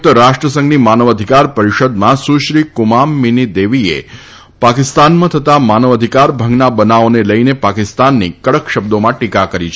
ક્ત રાષ્ટ્ર સંધની માનવ અધિકાર પરિષદમાં સુશ્રી કુમામ મીની દેવીએ પાકિસ્તાનમાં થતાં માનવ અધિકાર ભંગના બનાવોને લઈને પાકિસ્તાનની કડક શબ્દોમાં ટીકા કરી છે